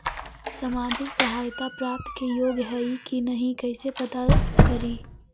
सामाजिक सहायता प्राप्त के योग्य हई कि नहीं कैसे पता करी?